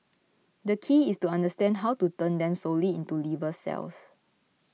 the key is to understand how to turn them solely into liver cells